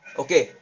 okay